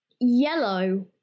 yellow